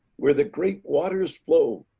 where the great waters flow.